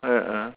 ah ah